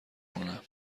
کنم